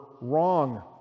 wrong